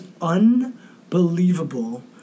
unbelievable